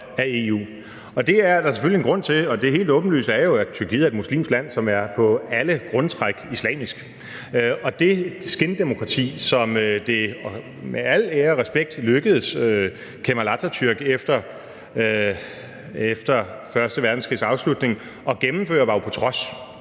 det er der selvfølgelig en grund til. Det helt åbenlyse er jo, at Tyrkiet er et muslimsk land, som i alle grundtræk er islamisk, og det skindemokrati, som det med al ære og respekt efter første verdenskrigs afslutning lykkedes Kemal Atatürk